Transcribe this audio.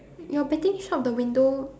your baking shop the window